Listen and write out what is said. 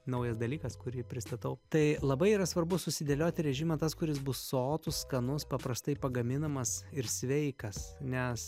naujas dalykas kurį pristatau tai labai yra svarbu susidėlioti režimą tas kuris bus sotus skanus paprastai pagaminamas ir sveikas nes